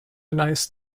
nice